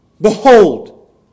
Behold